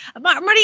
Marty